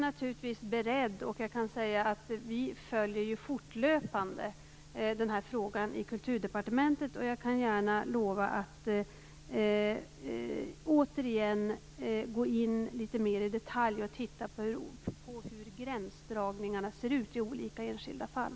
Jag kan säga att vi följer fortlöpande den här frågan i Kulturdepartementet, och jag kan gärna lova att återigen gå in litet mer i detalj och titta på hur gränsdragningarna ser ut i olika enskilda fall.